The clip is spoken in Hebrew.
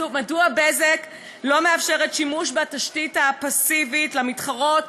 מדוע "בזק" לא מאפשרת שימוש בתשתית הפסיבית למתחרות,